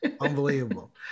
unbelievable